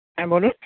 হ্যাঁ বলুন